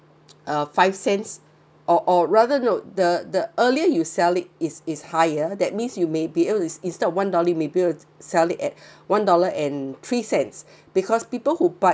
uh five cents or or rather note the the earlier you sell it is is higher that means you may be is not one dollar maybe you sell it at one dollar and three cents because people who buy